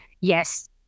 yes